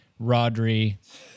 Rodri